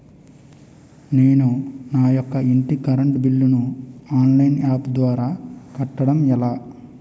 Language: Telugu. నేను నా యెక్క ఇంటి కరెంట్ బిల్ ను ఆన్లైన్ యాప్ ద్వారా కట్టడం ఎలా?